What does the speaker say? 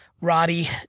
Roddy